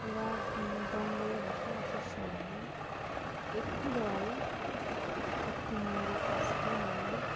এরা জঙ্গলে বসবাসের সময় একটি দল একটি ময়ূর পাঁচটি ময়ূর